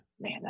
man